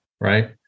right